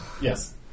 Yes